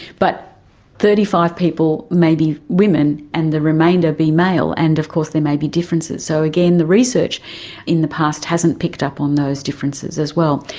but thirty five people may be women and the remainder be male, and of course there may be differences. so again, research in the past hasn't picked up on those differences as well.